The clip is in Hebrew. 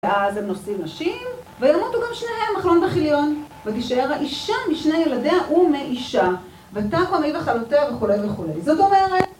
ואז הם נושאים נשים, וימותו גם שניהם, מחלון וחיליון, ותישאר האישה משני ילדיה ומאישה, ותקום היא וכלותיה וכולי וכולי. זאת אומרת...